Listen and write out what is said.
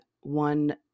one